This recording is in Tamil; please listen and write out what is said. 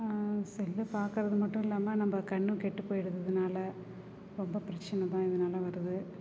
செல்லு பாக்குறது மட்டும் இல்லாமல் நம் கண்ணும் கெட்டுப்போய்டுது இதனால ரொம்ப பிரச்சனை தான் இதனால வருது